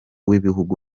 w’ibihugu